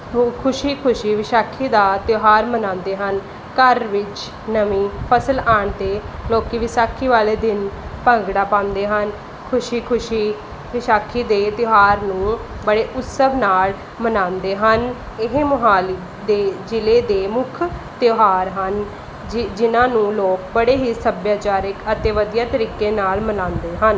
ਖੁਸ਼ੀ ਖੁਸ਼ੀ ਵਿਸਾਖੀ ਦਾ ਤਿਉਹਾਰ ਮਨਾਉਂਦੇ ਹਨ ਘਰ ਵਿੱਚ ਨਵੀਂ ਫਸਲ ਆਉਣ 'ਤੇ ਲੋਕ ਵਿਸਾਖੀ ਵਾਲੇ ਦਿਨ ਭੰਗੜਾ ਪਾਉਂਦੇ ਹਨ ਖੁਸ਼ੀ ਖੁਸ਼ੀ ਵਿਸਾਖੀ ਦੇ ਤਿਉਹਾਰ ਨੂੰ ਬੜੇ ਉਤਸਵ ਨਾਲ ਮਨਾਉਂਦੇ ਹਨ ਇਹ ਮੋਹਾਲੀ ਦੇ ਜ਼ਿਲ੍ਹੇ ਦੇ ਮੁੱਖ ਤਿਉਹਾਰ ਹਨ ਜਿ ਜਿਨ੍ਹਾਂ ਨੂੰ ਲੋਕ ਬੜੇ ਹੀ ਸੱਭਿਆਚਾਰਕ ਅਤੇ ਵਧੀਆ ਤਰੀਕੇ ਨਾਲ ਮਨਾਉਂਦੇ ਹਨ